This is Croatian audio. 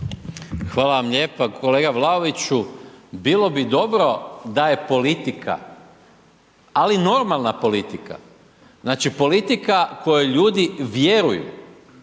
Hvala vam lijepa. Kolega Vlaoviću, bilo bi dobro da je politika, ali normalna politika, znači, politika kojoj ljudi vjeruju,